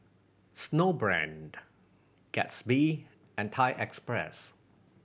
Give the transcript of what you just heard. Snowbrand Gatsby and Thai Express